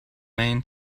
main